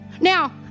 Now